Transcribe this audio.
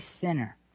sinner